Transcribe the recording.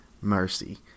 mercy